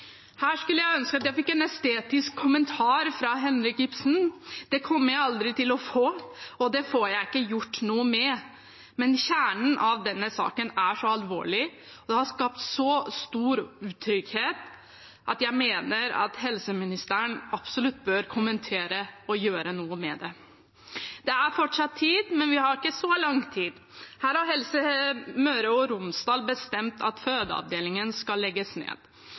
Her skulle jeg ønske at jeg fikk en estetisk kommentar fra Henrik Ibsen, men det kommer jeg aldri til å få, og det får jeg ikke gjort noe med. Men kjernen i denne saken er så alvorlig og har skapt så stor utrygghet at jeg mener at helseministeren absolutt bør kommentere det og gjøre noe med det. Det er fortsatt tid, men vi har ikke så lang tid. Helse Møre og Romsdal har bestemt at fødeavdelingen skal legges ned.